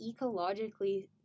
ecologically